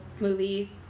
movie